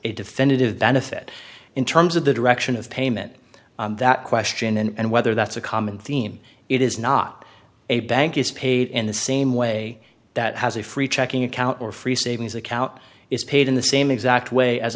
a definitive benefit in terms of the direction of payment that question and whether that's a common theme it is not a bank is paid in the same way that has a free checking account or free savings account is paid in the same exact way as